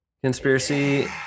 conspiracy